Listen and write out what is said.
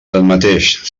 tanmateix